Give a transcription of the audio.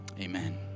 amen